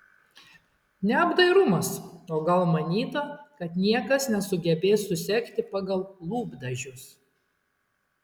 neapdairumas o gal manyta kad niekas nesugebės susekti pagal lūpdažius